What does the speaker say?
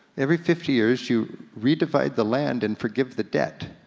every fifty years you redivide the land and forgive the debt.